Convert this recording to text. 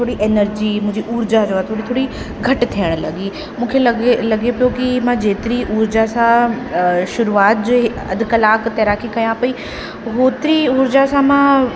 थोरी एनर्जी मुंहिंजी ऊर्जा जो आहे थोरी थोरी घटि थिअण लॻी मूंखे लॻे लॻे पियो कि मां जेतिरी ऊर्जा सां शुरूआत जे अधु कलाकु तैराकी कया पेई होतिरी ऊर्जा सां मां